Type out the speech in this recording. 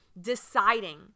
deciding